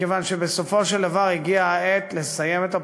מכיוון שבסופו של דבר הגיעה העת לסיים את הפרשה.